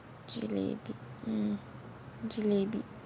mm jelebi